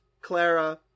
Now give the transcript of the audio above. Clara